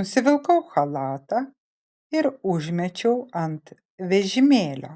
nusivilkau chalatą ir užmečiau ant vežimėlio